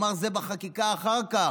הוא אמר: זה בחקיקה אחר כך.